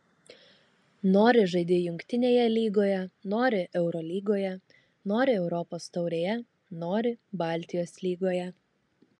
nori žaidi jungtinėje lygoje nori eurolygoje nori europos taurėje nori baltijos lygoje